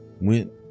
went